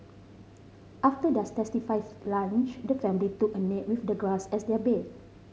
after their satisfying lunch the family took a nap with the grass as their bed